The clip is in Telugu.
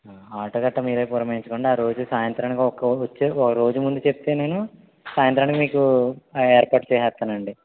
ఆ ఆటోకి గట్ట మీరే పురమాయించుకోండి ఆ రోజు సాయంత్రానికి ఒక్కొ వచ్చి ఒక రోజు ముందే చెప్తే నేను సాయంత్రానికి మీకు ఆ ఏర్పాటు చేసేస్తానండి